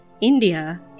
India